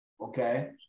Okay